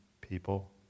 people